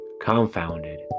confounded